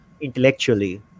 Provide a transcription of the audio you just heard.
intellectually